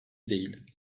değil